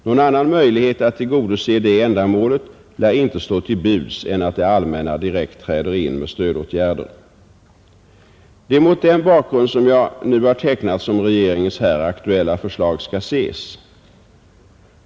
Någon annan möjlighet att tillgodose det ändamålet lär inte stå till buds än att det allmänna direkt träder in med stödåtgärder. Det är mot den bakgrund som jag här har tecknat som regeringens Nr 71 aktuella förslag skall ses.